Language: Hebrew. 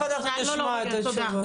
תיכף אנחנו נשמע את התשובות.